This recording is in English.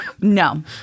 no